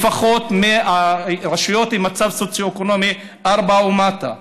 לפחות מהרשויות עם מצב סוציו-אקונומי 4 ומטה.